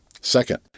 Second